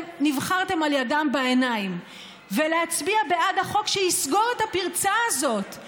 נבחרתם על ידם ולהצביע בעד החוק שיסגור את הפרצה הזאת,